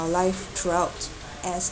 our life throughout as